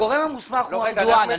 הגורם המוסמך הוא ארדואן.